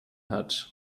hat